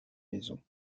maison